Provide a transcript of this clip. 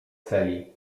celi